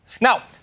Now